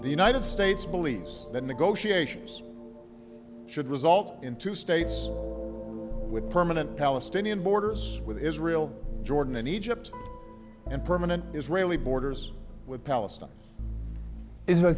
the united states believes that negotiations should result in two states with permanent palestinian borders with israel jordan and egypt and permanent israeli borders with palestine israel